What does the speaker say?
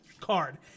card